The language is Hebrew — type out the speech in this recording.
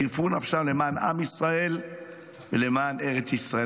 חירפו נפשם למען עם ישראל ולמען ארץ ישראל.